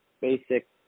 basic